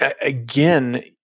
Again